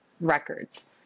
records